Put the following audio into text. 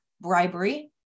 bribery